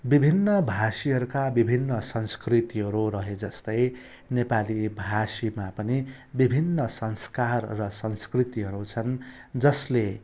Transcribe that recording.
विभिन्न भाषीहरूका विभिन्न संस्कृतिहरू रहे जस्तै नेपालीभाषीमा पनि विभिन्न संस्कार र संस्कृतिहरू छन् जसले